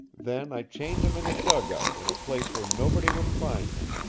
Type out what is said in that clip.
then i chained him in a dugout in a place where nobody would find him.